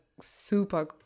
super